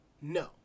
No